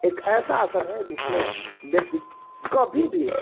एक ऐसा आसन है जिसमें व्यक्ति कभी भी